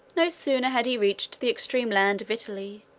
no sooner had he reached the extreme land of italy,